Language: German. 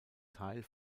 teil